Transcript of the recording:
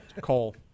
Cole